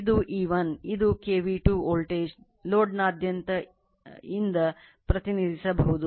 ಇದು E1 ಇದು KV2 voltage ಲೋಡ್ನಾದ್ಯಂತ ಇಂದ ಪ್ರತಿನಿಧಿಸಬಹುದು